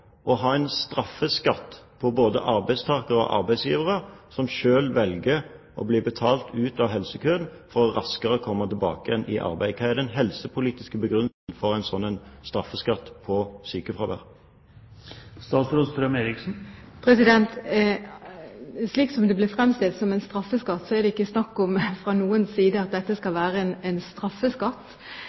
å ha en straffeskatt på både arbeidstakere og arbeidsgivere som selv velger at man blir betalt ut av helsekøen for å komme raskere tilbake i arbeid? Hva er den helsepolitiske begrunnelsen for en slik straffeskatt på sykefravær? Det ble fremstilt som om det er en straffeskatt, men det er ikke snakk om at dette skal være en straffeskatt. Jeg har også sett at salget av private helseforsikringer har økt. Det er en